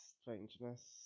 strangeness